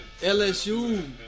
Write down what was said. LSU